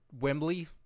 Wembley